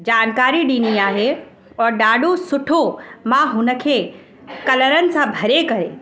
जानकारी ॾिनी आहे और ॾाढो सुठो मां हुन खे कलरनि सां भरे करे